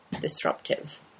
disruptive